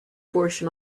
portion